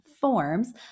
forms